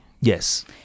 Yes